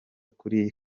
kuri